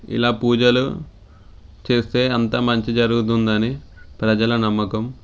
ఇలా పూజలు చేస్తే అంతా మంచి జరుగుతుంది అని ప్రజల నమ్మకం